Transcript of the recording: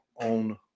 on